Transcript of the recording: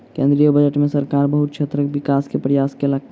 केंद्रीय बजट में सरकार बहुत क्षेत्रक विकास के प्रयास केलक